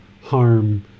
harm